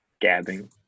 gabbing